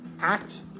Act